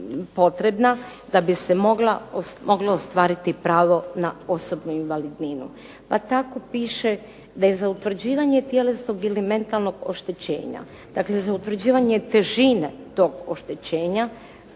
potrebna da bi se moglo ostvariti pravo na osobnu invalidninu. Pa tako piše da je za utvrđivanje tjelesnog ili mentalnog oštećenja, dakle za utvrđivanje težine tog oštećenja